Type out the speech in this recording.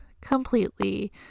completely